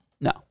no